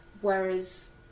Whereas